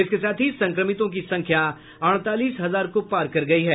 इसके साथ ही संक्रमितों की संख्या अड़तालीस हजार को पार कर गयी है